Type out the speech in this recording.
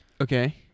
Okay